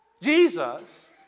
Jesus